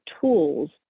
tools